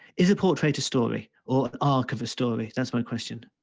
is a portrait a story or arc of a story? that's my question.